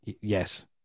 Yes